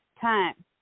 time